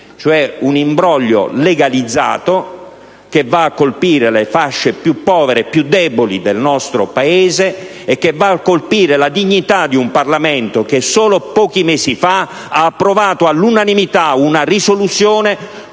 un imbroglio legalizzato che va a colpire le fasce più povere e più deboli del nostro Paese e che va a colpire la dignità di un Parlamento che solo pochi mesi fa ha approvato all'unanimità una risoluzione